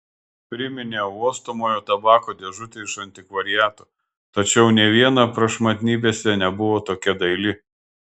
priminė uostomojo tabako dėžutę iš antikvariato tačiau nė viena prašmatnybėse nebuvo tokia daili